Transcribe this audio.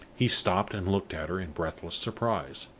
he stopped and looked at her, in breathless surprise.